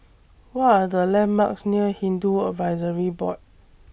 What Are The landmarks near Hindu Advisory Board